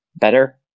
better